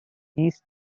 east